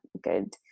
good